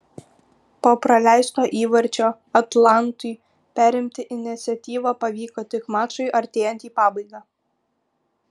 po praleisto įvarčio atlantui perimti iniciatyvą pavyko tik mačui artėjant į pabaigą